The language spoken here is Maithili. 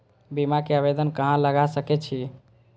बीमा के आवेदन कहाँ लगा सके छी?